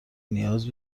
نیاز